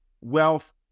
wealth